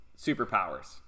superpowers